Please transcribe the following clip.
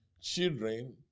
children